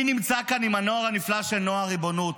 אני נמצא כאן עם הנוער הנפלא של נוער ריבונות,